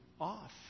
off